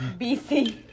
BC